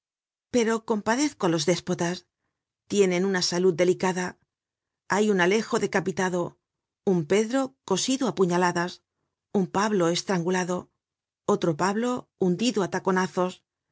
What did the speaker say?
search generated at déspotas tienen una salud delicada hay un alejo decapitado un pedro cosido á puñaladas un pablo estrangulado otro pablo hundido á taconazos